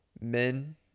men